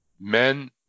Men